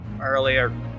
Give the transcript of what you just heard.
earlier